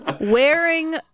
wearing